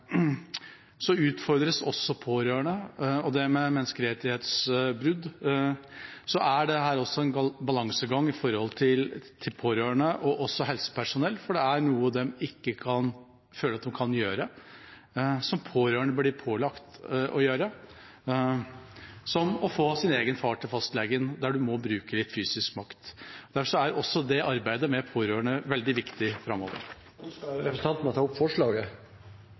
utfordres også pårørende når det gjelder menneskerettighetsbrudd. Det er en balansegang for pårørende og også helsepersonell, for det er noe de ikke føler at de kan gjøre som pårørende blir pålagt å gjøre, som å få sin egen far til fastlegen, der en må bruke litt fysisk makt. Derfor er arbeidet med pårørende veldig viktig framover. Ønsker representanten å ta opp forslaget?